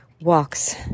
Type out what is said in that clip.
walks